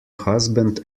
husband